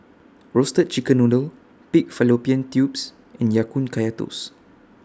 Roasted Chicken Noodle Pig Fallopian Tubes and Ya Kun Kaya Toast